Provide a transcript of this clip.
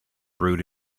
brewed